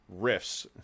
riffs